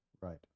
Right